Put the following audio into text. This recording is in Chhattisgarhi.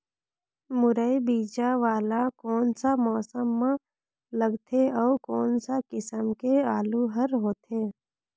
मुरई बीजा वाला कोन सा मौसम म लगथे अउ कोन सा किसम के आलू हर होथे?